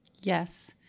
Yes